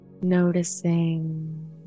Noticing